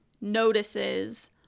notices